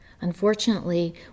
Unfortunately